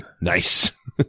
nice